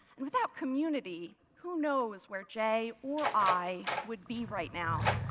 and without community, who knows where jay or i would be right now?